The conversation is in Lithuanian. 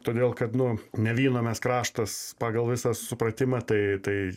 todėl kad nu ne vyno mes kraštas pagal visą supratimą tai tai